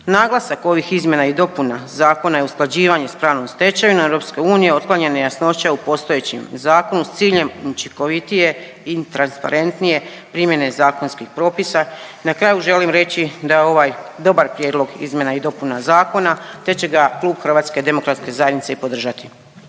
Naglasak ovih izmjena i dopuna Zakona i usklađivanje s pravnom stečevinom EU otklanja nejasnoće u postojećem zakonu s ciljem učinkovitije i transparentnije primjene zakonskih propisa. Na kraju želim reći da je ovaj dobar prijedlog izmjena i dopuna zakona te će ga klub HDZ-a i podržati.